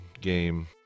game